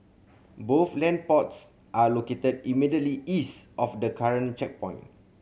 both land plots are located immediately east of the current checkpoint